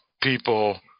people